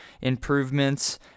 improvements